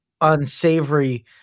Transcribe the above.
unsavory